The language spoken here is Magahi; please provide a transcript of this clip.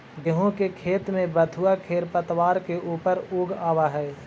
गेहूँ के खेत में बथुआ खेरपतवार के ऊपर उगआवऽ हई